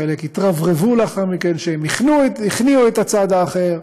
חלק התרברבו לאחר מכן שהם הכניעו את הצד האחר,